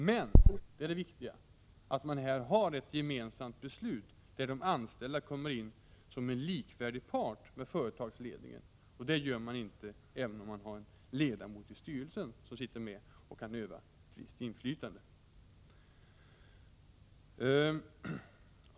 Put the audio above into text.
Men det är viktigt att det blir ett gemensamt beslut, där de anställda kommer in som en likvärdig part i förhållande till företagsledningen. Så blir det inte genom att man har en ledamot i styrelsen, som sitter med och kan utöva ett visst inflytande.